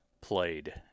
played